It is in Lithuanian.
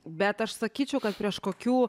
bet aš sakyčiau kad prieš kokių